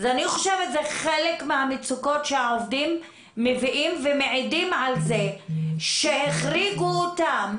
אז אלו חלק מהמצוקות שהעובדים מביאים ומעידים על זה שהחריגו אותם